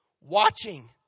Watching